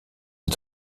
est